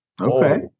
Okay